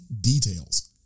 details